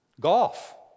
golf